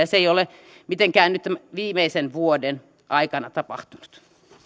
se ei ole mitenkään viimeisen vuoden aikana tapahtunut